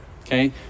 Okay